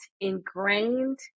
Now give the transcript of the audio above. ingrained